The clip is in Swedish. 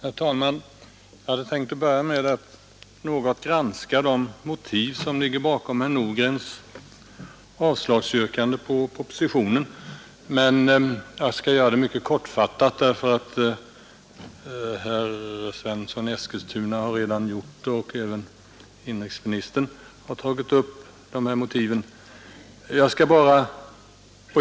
Herr talman! Jag hade tänkt börja med att något gransk som ligger bakom herr Nordgrens yrkande om avslag på propositionen Jag skall göra det mycket kortfattat, eftersom herr Svensson i Eskilstuna och även inrikesministern redan berört dem.